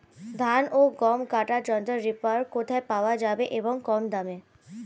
ধান ও গম কাটার যন্ত্র রিপার কোথায় পাওয়া যাবে এবং দাম কত?